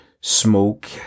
smoke